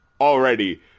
already